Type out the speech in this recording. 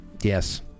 Yes